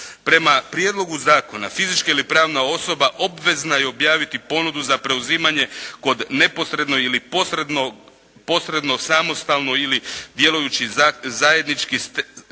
Prema prijedlogu zakona fizička ili pravna osoba obvezna je objaviti ponudu za preuzimanje kod neposredno ili posredno samostalno ili djelujući zajednički kada